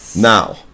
Now